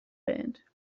band